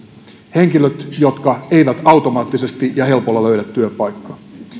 henkilöt jotka eivät automaattisesti ja helpolla löydä työpaikkaa